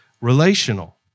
relational